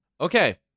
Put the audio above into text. okay